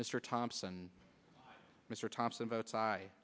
mr thompson mr thompson votes i